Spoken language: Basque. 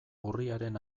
urriaren